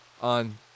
on